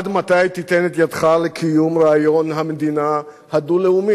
עד מתי תיתן את ידך לקיום רעיון המדינה הדו-לאומית?